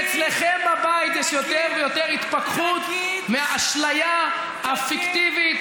ואצלכם בבית יש יותר ויותר התפכחות מהאשליה הפיקטיבית,